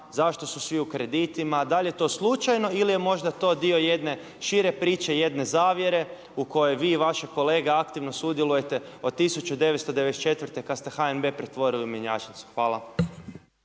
zašto su svi u kreditima, da li je to slučajno ili je to možda dio jedne šire priče, jedne zavjere u kojoj vi i vaši kolega aktivno sudjelujete od 1994. kada ste HNB pretvorili u mjenjačnicu. Hvala.